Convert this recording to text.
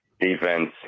defense